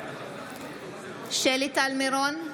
שלי טל מירון,